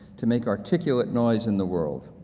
to make articulate noise in the world.